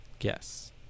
yes